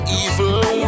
evil